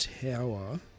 tower